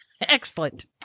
Excellent